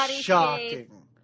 shocking